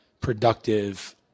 productive